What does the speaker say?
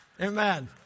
Amen